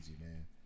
man